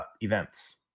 events